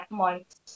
months